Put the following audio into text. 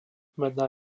merná